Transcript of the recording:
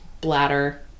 bladder